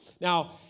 Now